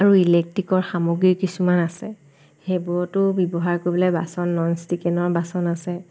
আৰু ইলেকট্ৰিকৰ সামগ্ৰী কিছুমান আছে সেইবোৰতো ব্যৱহাৰ কৰিবলৈ বাচন নন ষ্টিকিনৰ বাচন আছে